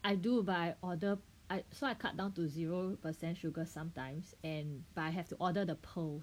I do but I order I so I cut down to zero percent sugar sometimes and but I have to order the pearls